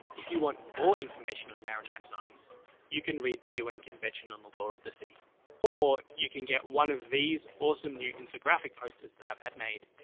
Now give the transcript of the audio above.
if you want more information on maritime zones you can read the un convention on the law of the sea orrr you can get one of these awesome new infographic posters that i've had made,